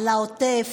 על העוטף.